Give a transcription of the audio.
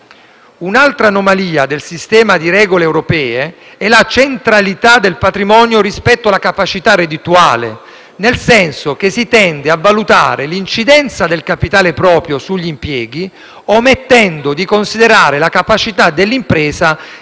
Un'altra anomalia del sistema di regole europee è la centralità del patrimonio rispetto alla capacità reddituale, nel senso che si tende a valutare l'incidenza del capitale proprio sugli impieghi, omettendo di considerare la capacità dell'impresa